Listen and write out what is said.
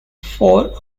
four